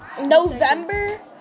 November